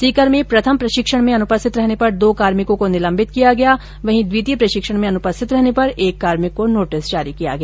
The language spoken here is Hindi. सीकर में प्रथम प्रशिक्षण में अनुपस्थित रहने पर दो कार्मिकों को निलंबित कर दिया गया वहीं द्वितीय प्रशिक्षण में अनुपस्थित रहने पर एक कार्मिक को नोटिस जारी किया गया